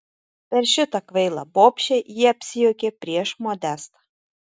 per šitą kvailą bobšę ji apsijuokė prieš modestą